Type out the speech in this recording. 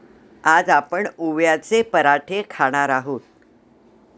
आज आपण ओव्याचे पराठे खाणार आहोत